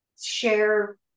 share